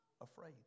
afraid